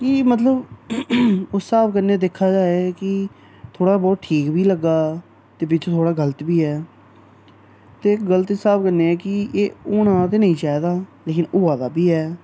कि मतलब उस स्हाब कन्नै दिक्खा जाए कि थोह्ड़ा बहुत ठीक बी लग्गा दा ते बिच्च थोह्ड़ा गलत बी ऐ ते गलत इस स्हाब कन्नै कि एह् होना ते नेईं चाहिदा लेकिन होआ दा बी ऐ